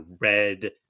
red